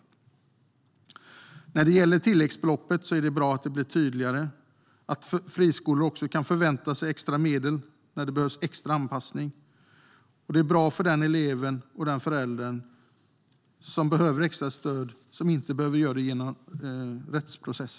Tilläggsbelopp för särskilt stöd till barn och elever När det gäller tilläggsbeloppet är det bra att det blir tydligare att också friskolor kan förvänta sig extra medel när det behövs extra anpassning. Det är bra för den elev som behöver extra stöd, vars förälder då inte behöver gå via en rättsprocess.